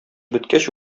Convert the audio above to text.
беткәч